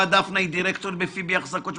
הבת דפנה היא דירקטורית ב"פיבי אחזקות".